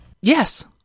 Yes